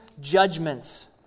judgments